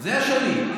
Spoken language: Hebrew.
אלה השנים,